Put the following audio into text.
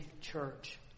church